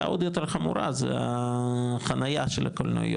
עוד יותר חמורה זה החנייה של הקולנועיות,